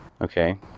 okay